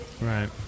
Right